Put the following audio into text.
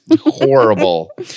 horrible